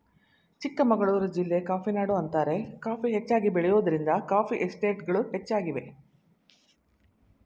ಚಿಕ್ಕಮಗಳೂರು ಜಿಲ್ಲೆ ಕಾಫಿನಾಡು ಅಂತಾರೆ ಕಾಫಿ ಹೆಚ್ಚಾಗಿ ಬೆಳೆಯೋದ್ರಿಂದ ಕಾಫಿ ಎಸ್ಟೇಟ್ಗಳು ಹೆಚ್ಚಾಗಿವೆ